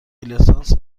لیسانس